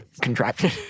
contraption